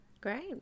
Great